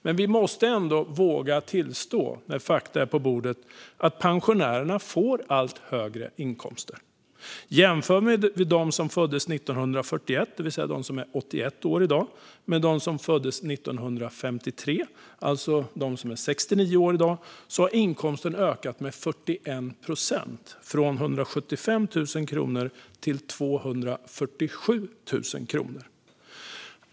Men vi måste ändå, när fakta finns på bordet, våga tillstå att pensionärerna får allt högre inkomster. Om vi jämför dem som föddes 1941, alltså de som är 81 år i dag, med dem som föddes 1953, alltså de som är 69 år i dag, har inkomsten ökat med 41 procent, från 175 000 kronor till 247 000 kronor.